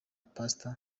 pastor